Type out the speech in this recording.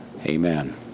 Amen